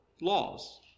laws